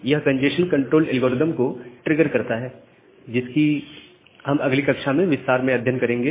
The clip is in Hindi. यह कंजेशन कंट्रोल एल्गोरिदम को ट्रिगर करता है जिसका हम अगली कक्षा में विस्तार में अध्ययन करेंगे